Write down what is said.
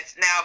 now